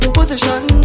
Position